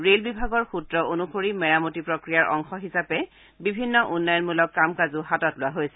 rail বিভাগৰ সূত্ৰ অনুসৰি মেৰামতি প্ৰক্ৰিয়া অংশ হিচাপে বিভিন্ন উন্নয়নমূলক কাম কাজো হাতত লোৱা হৈছে